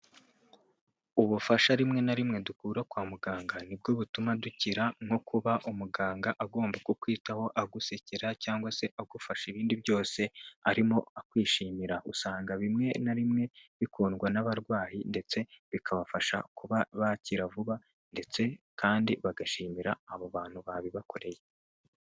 Ubufasha rimwe na rimwe dukura kwa muganga nibwo butuma dukira, nko kuba umuganga agomba kukwitaho agusekera, cyangwa se agufasha ibindi byose arimo akwishimira. Usanga bimwe na bimwe bikundwa n'abarwayi, ndetse bikabafasha kuba bakira vuba, ndetse kandi bagashimira abo bantu babibakoreye.